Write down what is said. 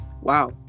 Wow